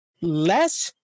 less